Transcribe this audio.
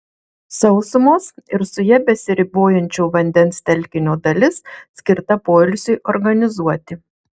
sausumos ir su ja besiribojančio vandens telkinio dalis skirta poilsiui organizuoti